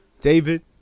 David